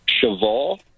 Cheval